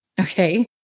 Okay